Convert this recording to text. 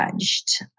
judged